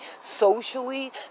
socially